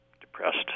depressed